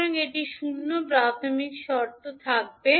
সুতরাং এটি 0 প্রাথমিক শর্ত থাকবে